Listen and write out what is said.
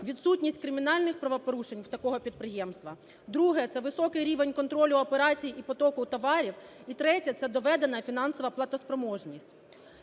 відсутність кримінальних правопорушень такого підприємства. Друге - це високий рівень контролю операцій і потоку товарів. І третє - це доведена фінансова платоспроможність.